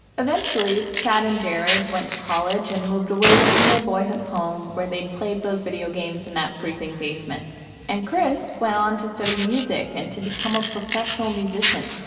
eventually, chad and gerard went to college and moved away from their boyhood home where they'd played those video games in that freezing basement and chris went on to study music and to become a professional musician.